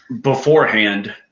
beforehand